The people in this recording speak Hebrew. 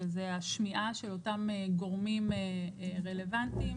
שזה השמיעה של אותם גורמים רלוונטיים,